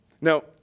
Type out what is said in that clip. Now